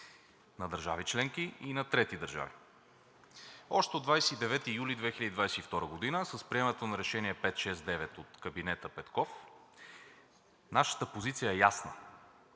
на държави членки и на трети държави. Още от 29 юли 2022 г., с приемането на Решение № 569 от кабинета Петков, нашата позиция е ясна